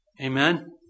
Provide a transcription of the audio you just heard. Amen